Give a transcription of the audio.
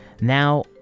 Now